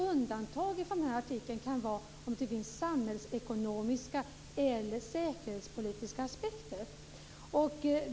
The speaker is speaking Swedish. Undantag från den här artikeln kan vara att finns samhällsekonomiska eller säkerhetspolitiska aspekter. Fru talman!